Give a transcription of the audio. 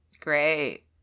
Great